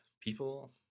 people